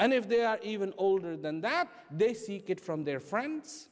and if they are even older than that they seek it from their friends